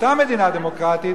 סתם מדינה דמוקרטית,